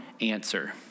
answer